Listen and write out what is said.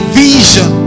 vision